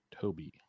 Toby